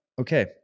Okay